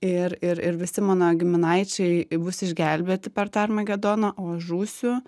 ir ir ir visi mano giminaičiai bus išgelbėti per tą armagedoną o aš žūsiu